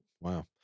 Wow